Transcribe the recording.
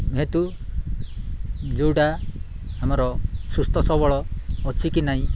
ଯେହେତୁ ଯୋଉଟା ଆମର ସୁସ୍ଥ ସବଳ ଅଛି କି ନାହିଁ